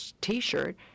T-shirt